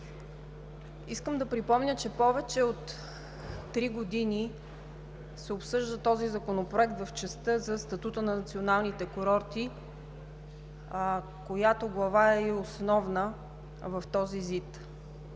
Искам да припомня, че повече от три години се обсъжда този законопроект в частта за статута на националните курорти, която глава е и основна в този ЗИД.